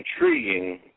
intriguing